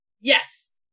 Yes